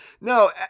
No